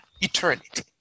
eternity